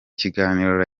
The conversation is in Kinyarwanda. kiganiro